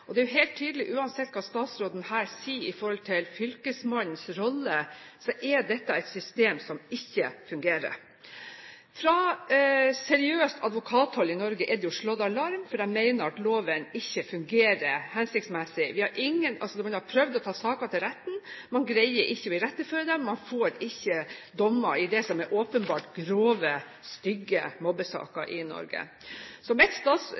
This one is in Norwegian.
og det er helt tydelig – uansett hva statsråden her sier i forhold til fylkesmannens rolle – at dette er et system som ikke fungerer. Fra seriøst advokathold i Norge er det slått alarm fordi de mener at loven ikke fungerer hensiktsmessig. Man har prøvd å ta saken til retten, men man greier ikke å iretteføre dem, man får ikke dommer i det som er åpenbart grove, stygge mobbesaker i Norge. Mitt spørsmål til statsråden er: I den gjennomgangen og evalueringen som